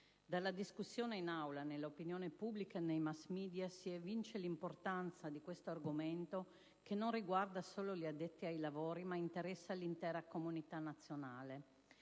Dalla discussione in Aula, nell'opinione pubblica e nei *mass* *media* si evince l'importanza di questo argomento che non riguarda solo gli addetti ai lavori, ma interessa l'intera comunità nazionale.